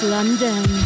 London